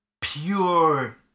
pure